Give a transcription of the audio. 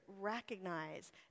recognize